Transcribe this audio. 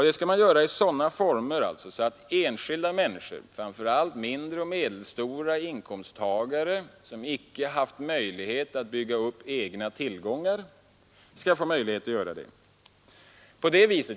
Detta måste göras i sådana former att enskilda människor, framför allt mindre och medelstora inkomsttagare, som icke haft möjlighet att bygga upp egna tillgångar, skall få tillfälle att göra detta.